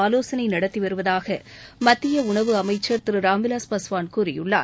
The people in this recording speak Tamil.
ஆலோசனை நடத்தி வருவதாக மத்திய உணவு அமைச்சர் திரு ராம்விலாஸ் பாஸ்வான் கூறியுள்ளார்